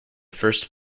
first